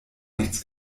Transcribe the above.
nichts